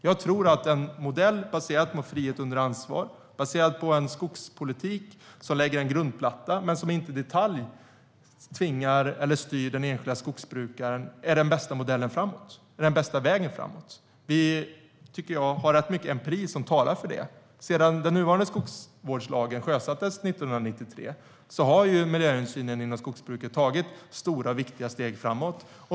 Jag tror att en modell, baserad på frihet under ansvar och en skogspolitik som lägger en grundplatta men inte i detalj styr den enskilda skogsbrukaren, är den bästa modellen och den bästa vägen framåt. Det finns rätt mycket empiri som talar för det. Sedan den nuvarande skogsvårdslagen sjösattes 1993 har miljöhänsynen inom skogsbruket tagit stora och viktiga steg framåt.